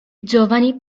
giovani